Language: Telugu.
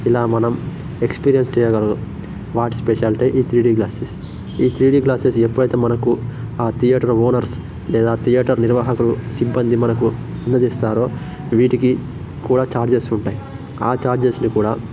ఇలా మనం ఎక్స్పీరియన్స్ చేయగలము వాటి స్పెషలిటీ ఈ త్రీడి గ్లాసెస్ ఈ త్రీడి గ్లాసెస్ ఎప్పుడయితే మనకు ఆ థియేటర్ ఓనర్స్ లేదా థియేటర్ నిర్వాహకులు సిబ్బంది మనకు అందజేస్తారో వీటికి కూడా ఛార్జెస్ ఉంటాయి ఆ ఛార్జెస్ని కూడా